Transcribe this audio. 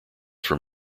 from